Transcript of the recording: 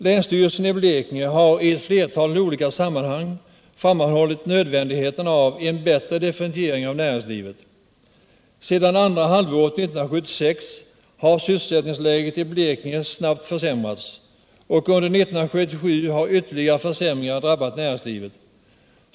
Länsstyrelsen i Blekinge har i flera olika sammanhang framhållit nödvändigheten av en bättre differentiering av näringslivet. Sedan andra halvåret 1976 har syssel sättningsläget i Blekinge snabbt försämrats, och under 1977 har ytterligare försämringar drabbat näringslivet.